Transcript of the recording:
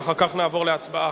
ואחר כך נעבור להצבעה.